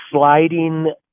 sliding